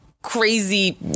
Crazy